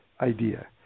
idea